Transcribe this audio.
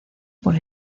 por